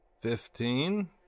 fifteen